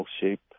shape